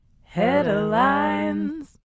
Headlines